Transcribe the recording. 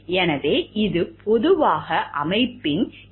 எனவே இது பொதுவாக அமைப்பின் யு